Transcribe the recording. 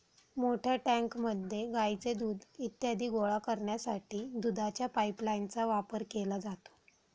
मोठ्या टँकमध्ये गाईचे दूध इत्यादी गोळा करण्यासाठी दुधाच्या पाइपलाइनचा वापर केला जातो